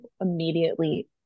immediately